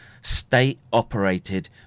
state-operated